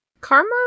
Karma